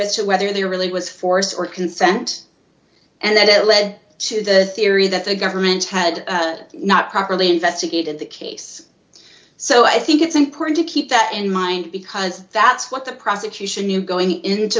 as to whether there really was force or consent and that it led to the theory that the government had not properly investigated the case so i think it's important to keep that in mind because that's what the prosecution knew going into